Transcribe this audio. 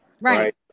right